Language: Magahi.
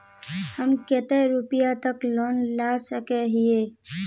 हम कते रुपया तक लोन ला सके हिये?